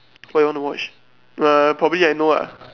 what you want to watch uh probably I know ah